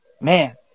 Man